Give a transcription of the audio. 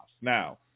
now